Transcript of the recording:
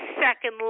second